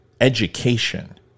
education